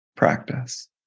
practice